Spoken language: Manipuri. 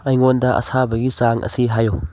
ꯑꯩꯉꯣꯟꯗ ꯑꯁꯥꯕꯒꯤ ꯆꯥꯡ ꯑꯁꯤ ꯍꯥꯏꯌꯨ